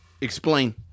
Explain